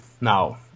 Now